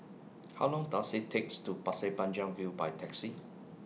How Long Does IT takes to Pasir Panjang View By Taxi